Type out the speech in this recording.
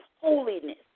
holiness